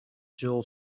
jill